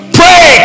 pray